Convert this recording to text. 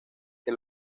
que